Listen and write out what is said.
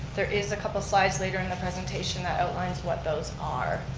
there is a couple slides later in the presentation that outlines what those are.